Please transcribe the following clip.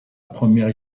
première